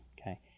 Okay